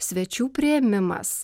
svečių priėmimas